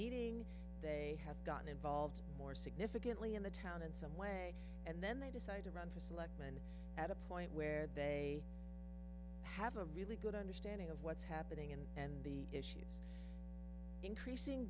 meeting they have gotten involved more significantly in the town in some way and then they decide to run for selectman at a point where they have a really good understanding of what's happening and the issues increasing